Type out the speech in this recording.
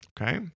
Okay